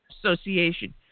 Association